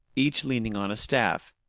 each leaning on a staff.